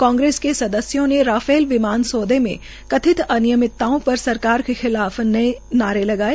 कांग्रेस के सदस्यों ने राफेर विमान सौदे में कथित अनियमितताओं पर सरकार के खिलाफ नारे लगाये